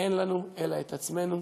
אין לנו אלא את עצמנו,